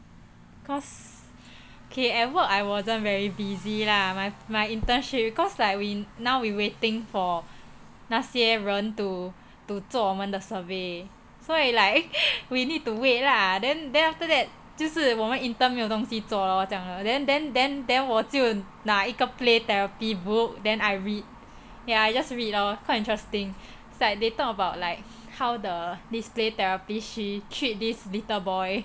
cause okay at work I wasn't very busy lah my my internship cause like we now we waiting for 那些人 to to 做我们的 survey 所以 like we need to wait lah then then after that 就是我们 intern 没有东西做了 then then then then 我就拿一个 play therapy book then I read ya I just read lor quite interesting is like they talk about like how the this play therapy she treat this little boy